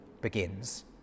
begins